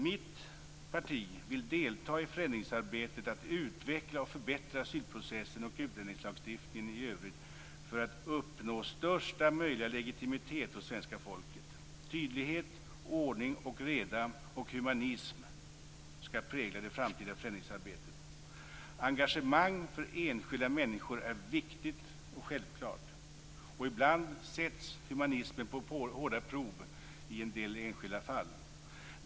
Mitt parti vill delta i förändringsarbetet att utveckla och förbättra asylprocessen och utlänningslagstiftningen i övrigt för att uppnå största möjliga legitimitet hos svenska folket. Tydlighet, ordning och reda och humanism skall prägla det framtida förändringsarbetet. Engagemang för enskilda människor är viktigt och självklart. Ibland sätts humanismen på hårda prov i en del enskilda fall.